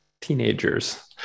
teenagers